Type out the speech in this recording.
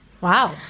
Wow